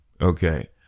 okay